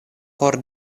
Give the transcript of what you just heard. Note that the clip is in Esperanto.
por